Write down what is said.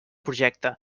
projecte